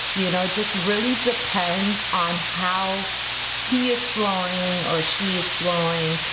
you know, it just really depends on how he is flowing or she is flowing,